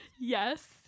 Yes